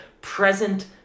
present